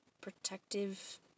protective